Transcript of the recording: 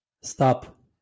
Stop